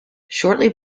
shortly